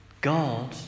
God